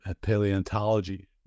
paleontology